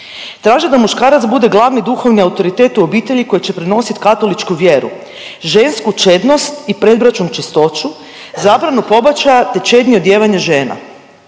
Traže da muškarac bude glavni duhovni autoritet u obitelji koji će prenosit katoličku vjeru, žensku čednost i predbračnu čistoću, zabranu pobačaja te čednije odijevanje žena.